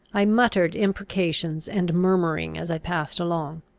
i muttered imprecations and murmuring as i passed along.